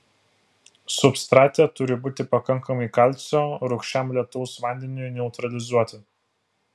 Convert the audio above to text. substrate turi būti pakankamai kalcio rūgščiam lietaus vandeniui neutralizuoti